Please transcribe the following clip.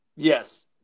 Yes